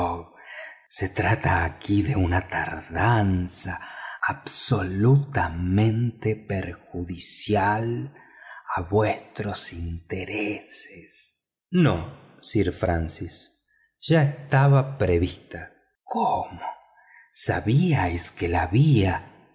se trata aquí de una tardanza absolutamente perjudicial a vuestros intereses no sir francis ya estaba prevista cómo sabíais que la vía